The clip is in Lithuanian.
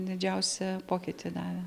didžiausią pokytį darė